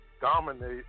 dominate